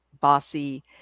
bossy